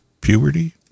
puberty